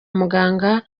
muganga